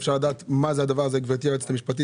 אפשר לדעת מה זה הדבר הזה, גברתי היועצת המשפטית?